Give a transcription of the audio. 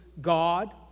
God